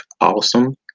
awesome